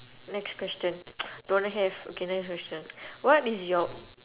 next question don't have okay next question what is your